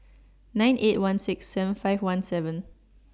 nine eight one six seven five one seven